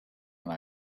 when